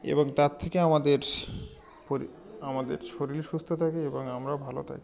এবং তার থেকে আমাদের আমাদের শরীর সুস্থ থাকে এবং আমরাও ভালো থাকি